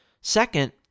Second